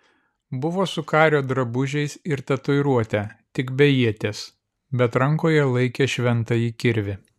buvo su kario drabužiais ir tatuiruote tik be ieties bet rankoje laikė šventąjį kirvį